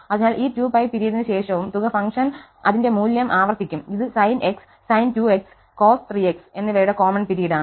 അതിനാൽ ഈ 2π പിരീഡിന് ശേഷവും തുക ഫംഗ്ഷൻ അതിന്റെ മൂല്യം ആവർത്തിക്കും ഇത് sin x sin 2x cos 3x എന്നിവയുടെ കോമൺ പിരീഡാണ്